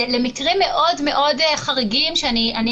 זה למקרים חריגים מאוד מאוד.